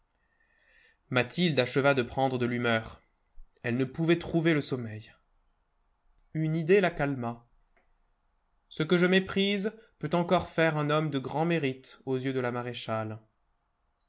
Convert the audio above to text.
mathilde acheva de prendre de l'humeur elle ne pouvait trouver le sommeil une idée la calma ce que je méprise peut encore faire un homme de grand mérite aux yeux de la maréchale